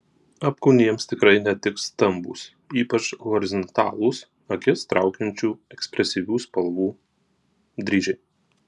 apkūniems tikrai netiks stambūs ypač horizontalūs akis traukiančių ekspresyvių spalvų dryžiai